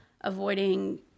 avoiding